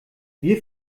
wir